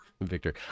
Victor